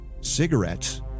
Cigarettes